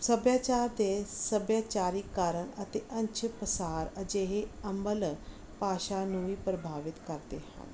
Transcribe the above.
ਸੱਭਿਆਚਾਰ ਅਤੇ ਸੱਭਿਆਚਾਰਕ ਕਾਰਨ ਅਤੇ ਅੰਸ਼ ਪਸਾਰ ਅਜਿਹੇ ਅਮਲ ਭਾਸ਼ਾ ਨੂੰ ਵੀ ਪ੍ਰਭਾਵਿਤ ਕਰਦੇ ਹਨ